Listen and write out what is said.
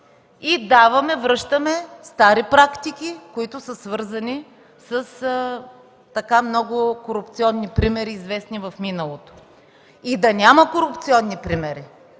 и даваме, връщаме стари практики, свързани с много корупционни примери, известни в миналото. И да няма корупционни примери,